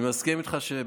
אני מסכים איתך.